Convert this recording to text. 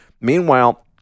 Meanwhile